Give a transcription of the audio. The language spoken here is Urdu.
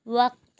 وقت